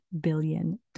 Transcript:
billion